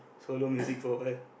solo music for awhile